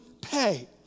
pay